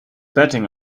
betting